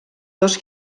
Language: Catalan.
dos